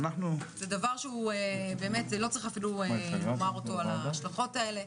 זה דבר שלא צריך לומר על ההשלכות האלה.